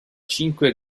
cinque